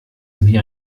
wie